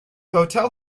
hotel